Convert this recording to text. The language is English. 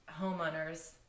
homeowners